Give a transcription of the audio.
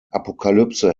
apocalypse